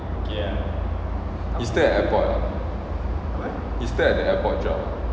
he still at airport he still at the airport job ah